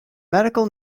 medical